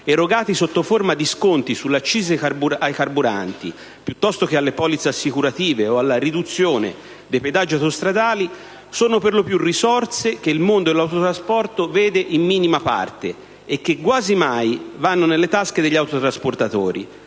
erogati sotto forma di sconti sulle accise ai carburanti, piuttosto che alle polizze assicurative o alla riduzione dei pedaggi autostradali. Sono per lo più risorse che il mondo dell'autotrasporto vede in minima parte e che quasi mai vanno nelle tasche degli autotrasportatori,